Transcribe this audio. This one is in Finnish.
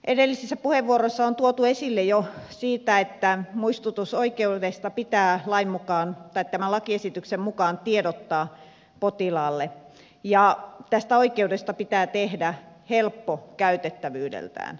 edellisissä puheenvuoroissa on tuotu esille jo sitä että muistutusoikeudesta pitää tämän lakiesityksen mukaan tiedottaa potilaalle ja tästä oikeudesta pitää tehdä helppo käytettävyydeltään